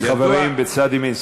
--- חברים בצד ימין,